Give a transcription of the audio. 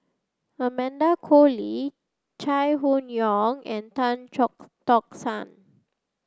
Amanda Koe Lee Chai Hon Yoong and Tan Chock Tock San